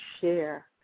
share